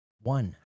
one